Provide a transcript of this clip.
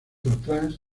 trans